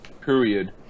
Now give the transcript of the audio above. period